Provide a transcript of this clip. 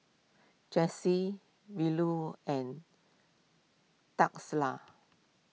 Jessi Verlon and